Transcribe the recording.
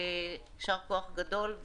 יישר-כוח גדול.